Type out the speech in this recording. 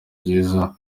byiza